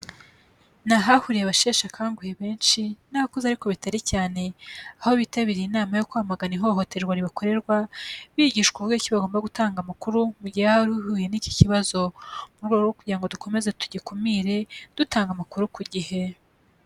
Ni ahahuriye abasheshe akanguhe benshi n'abakuze ariko bitari cyane, aho bitabiriye inama yo kwamagana ihoterwa ribakorerwa, bigishwa uburyo ki bagomba gutanga amakuru mu gihe hari uhuye n'iki kibazo mu rwego rwo kugira ngo dukomeze tugikumire dutanga amakuru ku gihe.